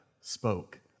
spoke